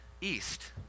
east